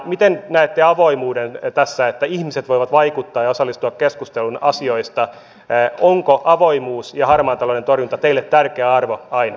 miten näette avoimuuden tässä että ihmiset voivat vaikuttaa ja osallistua keskusteluun asioista onko avoimuus ja harmaan talouden torjunta teille tärkeä arvo aina